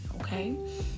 Okay